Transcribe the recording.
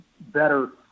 better